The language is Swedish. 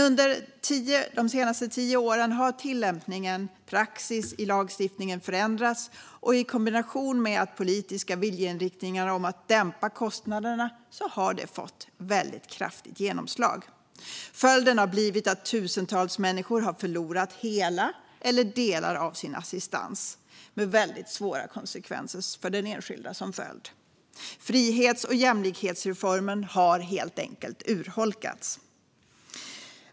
Under de senaste tio åren har dock praxis och tillämpningen av lagstiftningen förändrats, och i kombination med politiska viljeriktningar om att dämpa kostnaderna har det fått väldigt kraftigt genomslag. Följden har blivit att tusentals människor har förlorat hela eller delar av sin assistans med väldigt svåra konsekvenser för den enskilde som följd. Frihets och jämlikhetsreformen har helt enkelt urholkats.